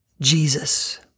Jesus